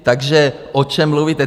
Takže o čem mluvíte?